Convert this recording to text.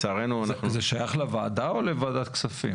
זה שייך לוועדה או לוועדת כספים?